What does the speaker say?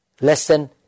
lesson